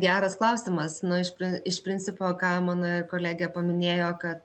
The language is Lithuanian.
geras klausimas nu iš pri iš principo ką mano kolegė paminėjo kad